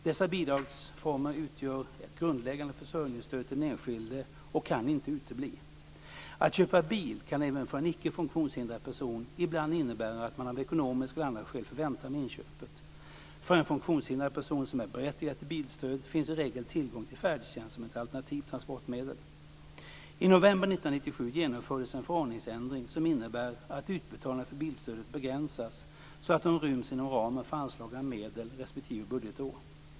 Dessa bidragsformer utgör ett grundläggande försörjningsstöd till den enskilde och kan inte utebli. Att köpa bil kan även för en icke funktionshindrad person ibland innebära att man av ekonomiska eller andra skäl får vänta med inköpet. För en funktionshindrad person som är berättigad till bilstöd finns i regel tillgång till färdtjänst som ett alternativt transportmedel. I november 1997 genomfördes en förordningsändring som innebär att utbetalningarna för bilstödet begränsas så att de ryms inom ramen för anslagna medel respektive budgetår.